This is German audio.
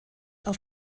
auf